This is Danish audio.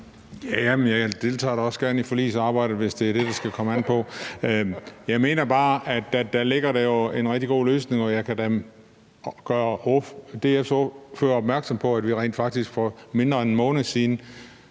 jeg deltager da også gerne i forligsarbejdet, hvis det er det, det skal komme an på. Jeg mener bare, at der ligger en rigtig god løsning der, og jeg kan da gøre DF's ordfører opmærksom på, at vi rent faktisk for mindre end en måned siden